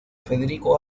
federico